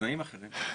בתנאים אחרים.